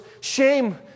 shame